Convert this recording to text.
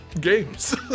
games